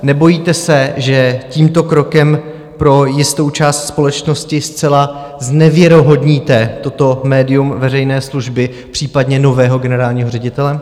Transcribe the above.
Nebojíte se, že tímto krokem pro jistou část společnosti zcela znevěrohodníte toto médium veřejné služby, případně nového generálního ředitele?